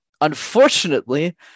unfortunately